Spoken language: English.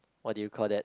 what do you call that